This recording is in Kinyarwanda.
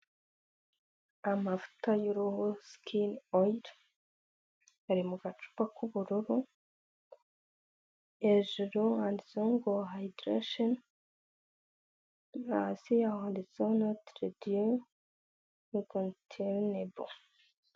Amavuta y'uruhu "Skin Oil", ari mu gacupa k'ubururu ,hejuru handitseho ngo hayidiretesheni, hasi handitseho notire di inkotirinabo.